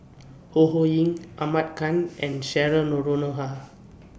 Ho Ho Ying Ahmad Khan and Cheryl Noronha